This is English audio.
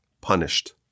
punished